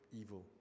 evil